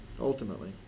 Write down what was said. ultimately